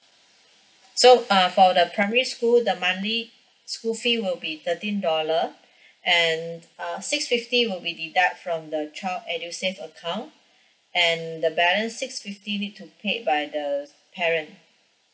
so uh for the primary school the monthly school fee will be thirteen dollar and err six fifty will be deduct from the child edusave account and the balance six fifty need to pay by the parent